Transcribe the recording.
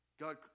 God